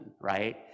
right